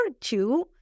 two